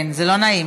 כן, זה לא נעים.